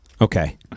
okay